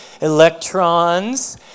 electrons